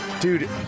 Dude